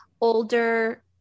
older